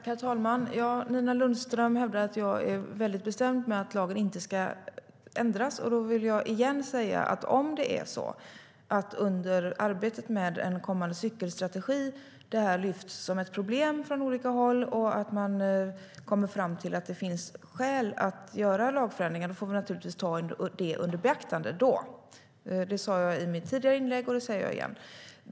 Herr talman! Nina Lundström hävdar att jag är bestämd med att lagen inte ska ändras. Låt mig då igen säga att om detta under arbetet med en kommande cykelstrategi lyfts fram som ett problem från olika håll och man kommer fram till att det finns skäl att göra lagförändringar får vi givetvis ta det under beaktande. Det sa jag i mitt tidigare inlägg, och det säger jag igen.